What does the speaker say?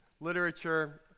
literature